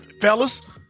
Fellas